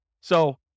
So-